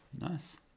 Nice